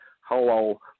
hello